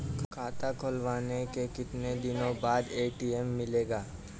खाता खुलवाने के कितनी दिनो बाद ए.टी.एम मिलेगा?